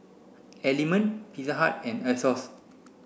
Element Pizza Hut and Asos